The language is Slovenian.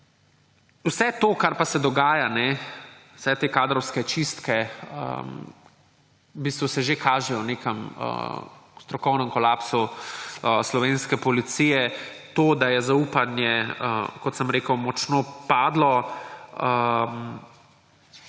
Vse to, kar pa se dogaja, vse te kadrovske čistke, v bistvu se že kažejo nekam ‒ v strokovnem kolapsu slovenske policije. To, da je zaupanje, kot sem rekel, močno padlo